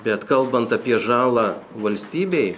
bet kalbant apie žalą valstybei